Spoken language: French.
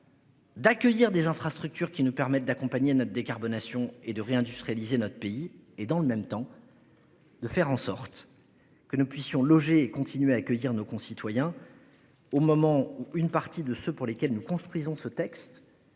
D'accueillir des infrastructures qui nous permettent d'accompagner notre décarbonation et de réindustrialiser notre pays et dans le même temps. De faire en sorte que nous puissions et continuer à accueillir nos concitoyens. Au moment où une partie de ceux pour lesquels nous construisons ce texte